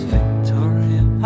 Victoria